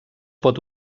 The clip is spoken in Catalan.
pot